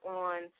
on